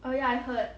oh yeah I heard